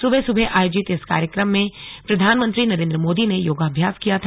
सुबह सुबह आयोजित इस कार्यक्रम में प्रधानमंत्री नरेंद्र मोदी ने योगाभ्यास किया था